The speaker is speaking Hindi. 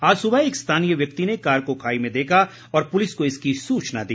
आज सुबह एक स्थानीय व्यक्ति ने कार को खाई में देखा और पुलिस को इसकी सूचना दी